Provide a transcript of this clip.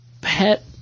pet